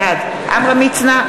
בעד עמרם מצנע,